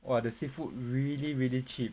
!wah! the seafood really really cheap